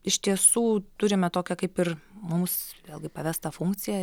iš tiesų turime tokią kaip ir mums vėlgi pavestą funkciją